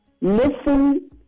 Listen